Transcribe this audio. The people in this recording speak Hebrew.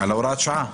הוראת השעה.